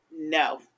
No